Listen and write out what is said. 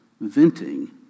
venting